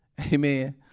Amen